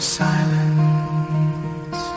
silence